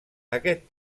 aquest